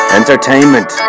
entertainment